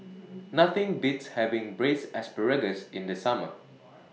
Nothing Beats having Braised Asparagus in The Summer